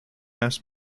mass